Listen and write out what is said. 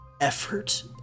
effort